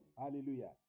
Hallelujah